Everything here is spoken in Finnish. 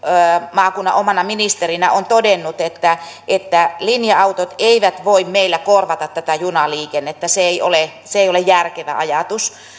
maakunnan omana ministerinä on todennut että että linja autot eivät voi meillä korvata tätä junaliikennettä se ei ole järkevä ajatus